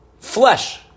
flesh